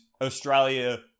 Australia